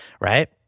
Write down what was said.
right